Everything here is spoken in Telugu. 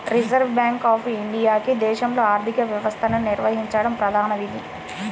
రిజర్వ్ బ్యాంక్ ఆఫ్ ఇండియాకి దేశంలోని ఆర్థిక వ్యవస్థను నిర్వహించడం ప్రధాన విధి